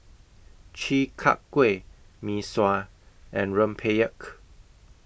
Chi Kak Kuih Mee Sua and Rempeyek